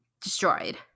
destroyed